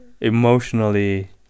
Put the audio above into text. emotionally